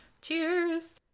Cheers